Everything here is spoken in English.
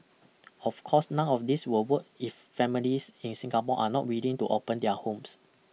of course none of this will work if families in Singapore are not willing to open their homes